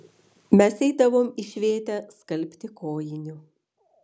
mes eidavom į švėtę skalbti kojinių